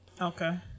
Okay